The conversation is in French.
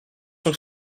sont